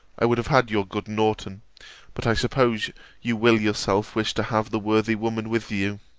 i would have had your good norton but i suppose you will yourself wish to have the worthy woman with you.